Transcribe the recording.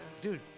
Dude